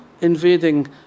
invading